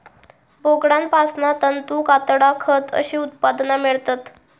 बोकडांपासना तंतू, कातडा, खत अशी उत्पादना मेळतत